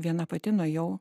viena pati nuėjau